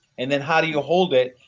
and then how do you hold it?